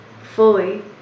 fully